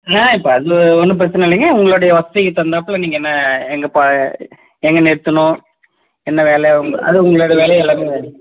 ஆ இப்போ அது ஒன்றும் பிரச்சனை இல்லைங்க உங்களுடைய வசதிக்கு தகுந்தாப்பில நீங்கள் என்ன எங்கே எங்கே நிறுத்தணும் என்ன வேலையாக உங்கள் அது உங்களோட வேலையை எல்லாம்